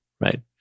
Right